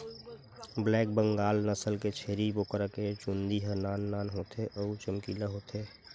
black Bengal नसल के छेरी बोकरा के चूंदी ह नान नान होथे अउ चमकीला होथे